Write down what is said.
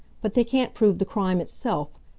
but they can't prove the crime itself.